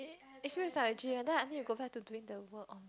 it feels like a dream then I need to go back to doing the work